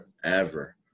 forever